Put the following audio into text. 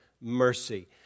mercy